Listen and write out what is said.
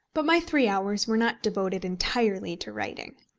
but my three hours were not devoted entirely to writing.